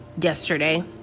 yesterday